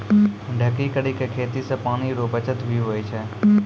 ढकी करी के खेती से पानी रो बचत भी हुवै छै